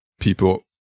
people